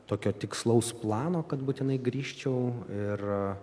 tokio tikslaus plano kad būtinai grįžčiau ir